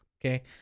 Okay